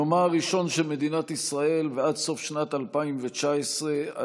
מיומה הראשון של מדינת ישראל ועד סוף שנת 2019 עלו